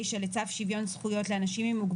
כותבים לי פה שלחלק מבתי המשפט בתל אביב,